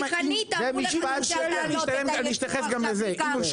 אני אתייחס גם לזה.